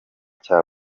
cya